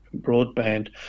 broadband